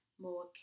more